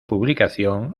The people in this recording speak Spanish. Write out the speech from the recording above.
publicación